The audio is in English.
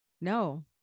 no